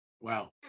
wow